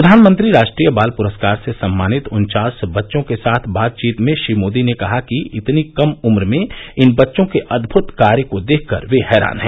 प्रधानमंत्री राष्ट्रीय बाल पुरस्कार से सम्मानित उन्चास बच्चों के साथ बातचीत में श्री मोदी ने कहा कि इतनी कम उम्र में इन बच्चों के अदमुत कार्य को देखकर वे हैरान हैं